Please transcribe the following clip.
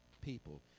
people